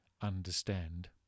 understand